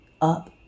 up